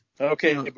Okay